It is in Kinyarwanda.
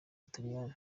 butaliyani